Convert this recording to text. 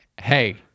hey